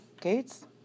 gates